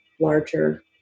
larger